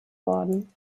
worden